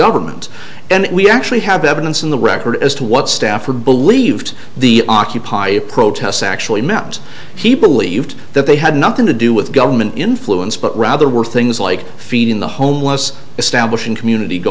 government and we actually have evidence in the record as to what staffer believed the occupy protests actually meant he believed that they had nothing to do with government influence but rather were things like feeding the homeless establishing community